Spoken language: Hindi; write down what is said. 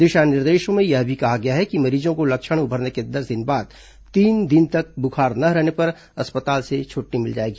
दिशा निर्देशों में यह भी कहा गया है कि मरीजों को लक्षण उभरने के दस दिन बाद तीन दिन तक बुखार न रहने पर अस्पताल से छट्टी मिल जाएगी